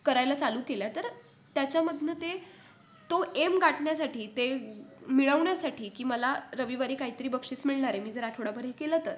करायला चालू केल्या तर त्याच्यामधून ते तो एम गाठण्यासाठी ते मिळवण्यासाठी की मला रविवारी काही तरी बक्षीस मिळणार आहे मी जर आठवड्याभर हे केलं तर